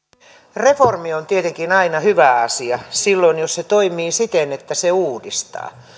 reformi on tietenkin aina hyvä asia silloin jos se toimii siten että se uudistaa